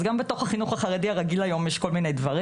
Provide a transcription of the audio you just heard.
אז גם בתוך החינוך החרדי הרגיל היום יש כל מיני דברים.